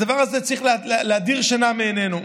הדבר הזה צריך להדיר שינה מעינינו.